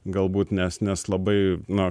galbūt nes nes labai na